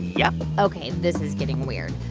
yup ok, this is getting weird.